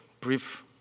brief